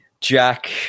Jack